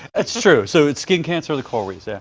it's true. so it's skin cancer the coral reefs. yeah.